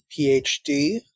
PhD